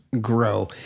grow